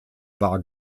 war